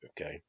okay